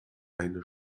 eine